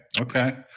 Okay